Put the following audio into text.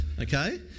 okay